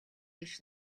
биш